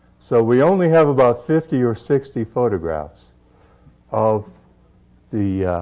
so we only have about fifty or sixty photographs of the